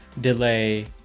delay